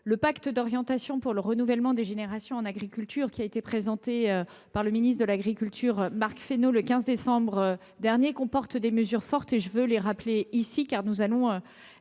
Le pacte d’orientation pour le renouvellement des générations en agriculture, qui a été présenté par le ministre de l’agriculture, Marc Fesneau, le 15 décembre 2023, comporte des mesures fortes que nous allons